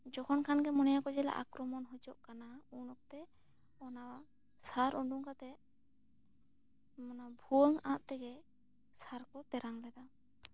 ᱡᱚᱠᱷᱚᱱ ᱠᱷᱟᱱ ᱜᱮ ᱢᱚᱱᱮᱭᱟ ᱠᱚ ᱟᱠᱨᱚᱢᱚᱱ ᱦᱩᱭᱩᱜ ᱠᱟᱱᱟ ᱩᱱ ᱚᱠᱛᱮ ᱚᱱᱟ ᱥᱟᱨ ᱩᱰᱩᱝ ᱠᱟᱛᱮ ᱢᱟᱱᱮ ᱵᱷᱩᱭᱟᱹᱝᱼᱟᱜ ᱛᱮᱜᱮ ᱥᱟᱨ ᱠᱚ ᱛᱮᱨᱟᱝ ᱞᱮᱫᱟ